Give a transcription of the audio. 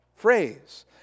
Phrase